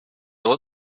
lit